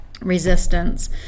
resistance